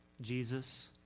Jesus